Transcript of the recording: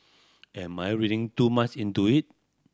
am my reading too much into it